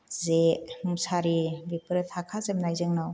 जे मुसारि बेफोरो थाखाजोबनाय जोंनाव